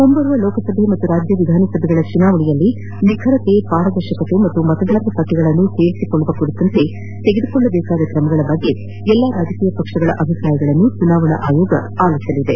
ಮುಂಬರುವ ಲೋಕಸಭೆ ಹಾಗೂ ರಾಜ್ಯ ವಿಧಾನಸಭೆಗಳ ಚುನಾವಣೆಯಲ್ಲಿ ನಿಖರತೆ ಪಾರದರ್ಶಕತೆ ಮತ್ತು ಮತದಾರರ ಪಟ್ಟಗಳನ್ನು ಸೇರಿಸುಕೊಳ್ಳುವ ಕುರಿತು ತೆಗೆದುಕೊಳ್ಳಬೇಕಾದ ಕ್ರಮಗಳ ಬಗ್ಗೆ ಎಲ್ಲಾ ರಾಜಕೀಯ ಪಕ್ಷಗಳ ಅಭಿಪ್ರಾಯಗಳನ್ನು ಚುನಾವಣಾ ಆಯೋಗ ಆಲಿಸಲಿದೆ